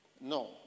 No